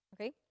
Okay